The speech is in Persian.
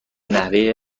نحوه